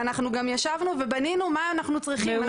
ואנחנו גם ישבנו ובנינו מה אנחנו צריכים.